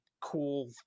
cool